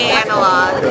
analog